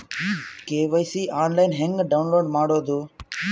KYC online ಹೆಂಗ್ download ಮಾಡೋದು?